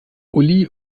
uli